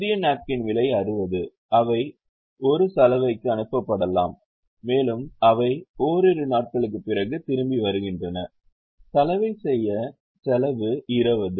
புதிய நாப்கின் விலை 60 அவை ஒரு சலவைக்கு அனுப்பப்படலாம் மேலும் அவை ஓரிரு நாட்களுக்குப் பிறகு திரும்பி வருகின்றன சலவை செலவு 20